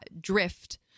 drift